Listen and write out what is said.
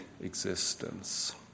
existence